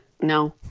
No